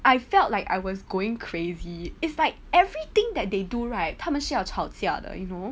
I felt like I was going crazy it's like everything that they do right 他们是要吵架的 you know